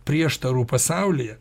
prieštarų pasaulyje